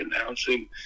announcing